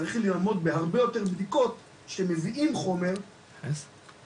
צריך לעמוד בהרבה יותר בדיקות כשמביאים חומר מחו"ל